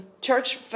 church